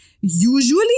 usually